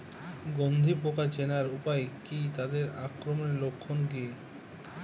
গন্ধি পোকা চেনার উপায় কী তাদের আক্রমণের লক্ষণ কী?